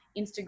Instagram